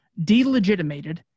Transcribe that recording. delegitimated